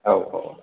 औ औ